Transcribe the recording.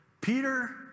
Peter